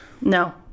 No